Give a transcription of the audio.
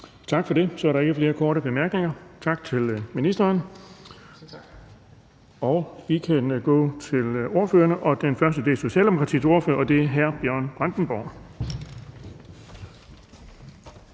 Tak for det. Så er der ikke flere korte bemærkninger. Tak til ministeren. Vi kan gå til ordførerne, og den første er Socialdemokratiets ordfører, og det er hr. Bjørn Brandenborg.